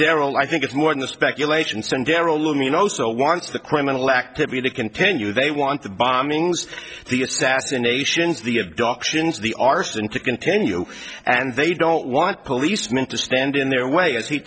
all i think it's more in the speculation sendero luminoso wants the criminal activity to continue they want the bombings the assassinations the abductions the arson to continue and they don't want policemen to stand in their way as he